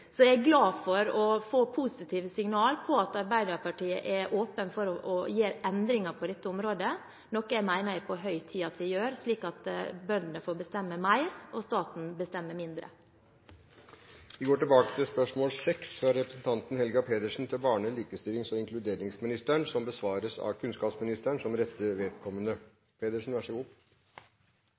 Jeg er glad for å få positive signal om at Arbeiderpartiet er åpen for å gjøre endringer på dette området, noe jeg mener er på høy tid vi gjør, slik at bøndene får bestemme mer og staten mindre. Vi går tilbake til spørsmål 6. Dette spørsmålet, fra representanten Helga Pedersen til barne-, likestillings- og inkluderingsministeren, er overført til kunnskapsministeren som rette vedkommende.